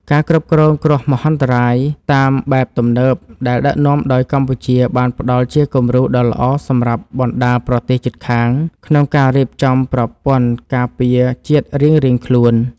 ការគ្រប់គ្រងគ្រោះមហន្តរាយតាមបែបទំនើបដែលដឹកនាំដោយកម្ពុជា បានផ្តល់ជាគំរូដ៏ល្អសម្រាប់បណ្តាប្រទេសជិតខាងក្នុងការរៀបចំប្រព័ន្ធការពារជាតិរៀងៗខ្លួន។